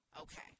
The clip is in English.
Okay